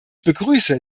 begrüße